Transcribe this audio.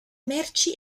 merci